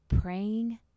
praying